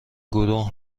گروه